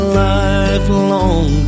lifelong